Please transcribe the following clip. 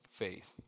faith